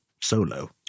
solo